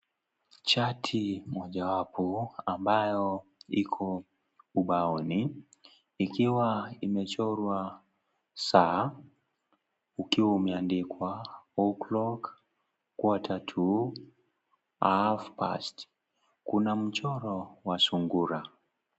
Chart mojawapo ambayo ipo ubaoni, ikiwa imechorwa saa, ikiwa imeandikwa " o'clock , quarter to , half-past ." Kuna mchoro wa sungura.